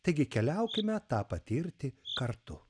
taigi keliaukime tą patirti kartu